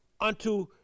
unto